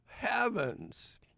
heavens